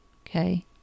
Okay